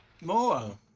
More